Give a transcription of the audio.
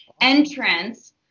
entrance